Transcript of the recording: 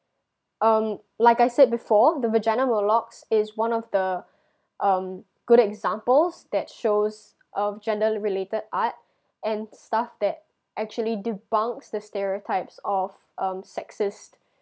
um like I said before the vagina monologues is one of the um good examples that shows of gender related art and stuff that actually debunks the stereotypes of um sexist